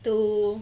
to